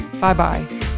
Bye-bye